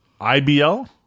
IBL